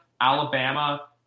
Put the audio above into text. Alabama